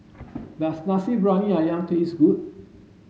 does Nasi Briyani Ayam taste good